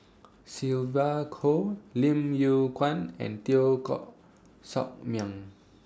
Sylvia Kho Lim Yew Kuan and Teo Koh Sock Miang